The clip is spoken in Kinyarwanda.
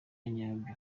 nyabyo